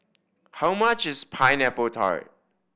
how much is Pineapple Tart